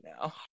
now